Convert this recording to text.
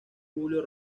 julio